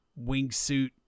wingsuit